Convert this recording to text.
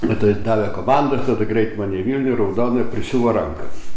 tai davė komandą kada greit mane į vilnių į raudoną ir prisiuvo ranką